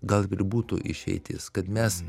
gal ir būtų išeitis kad mes